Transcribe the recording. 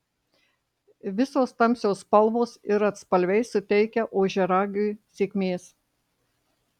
visos tamsios spalvos ir atspalviai suteikia ožiaragiui sėkmės